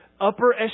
upper